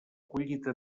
collita